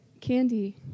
Candy